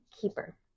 keeper